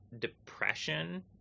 depression